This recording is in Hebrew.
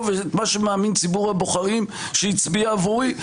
ומה שמאמין ציבור הבוחרים שהצביע עבורי,